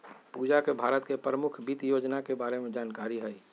पूजा के भारत के परमुख वित योजना के बारे में जानकारी हई